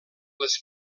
les